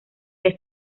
que